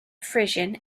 frisian